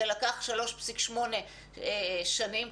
זה לקח 3.8 שנים,